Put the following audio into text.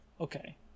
Okay